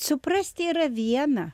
suprasti yra viena